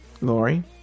Lori